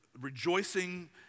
rejoicing